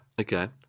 okay